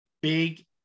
Big